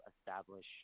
establish